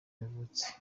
yavutse